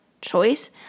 choice